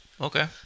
Okay